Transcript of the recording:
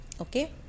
Okay